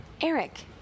Eric